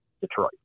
Detroit